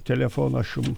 telefoną aš jum